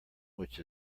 which